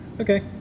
Okay